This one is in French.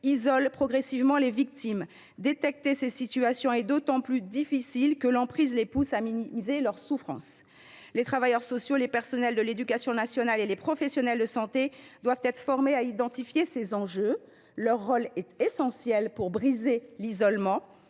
isolent progressivement les victimes. Les détecter est d’autant plus difficile que l’emprise pousse ces dernières à minimiser leur souffrance. Les travailleurs sociaux, les personnels de l’éducation nationale et les professionnels de santé doivent être formés à identifier ces signaux. Leur rôle est essentiel pour briser l’isolement.